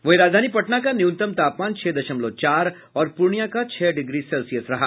वहीं राजधानी पटना का न्यूनतम तापमान छह दशमलव चार और पूर्णियां का छह डिग्री सेल्सियस रहा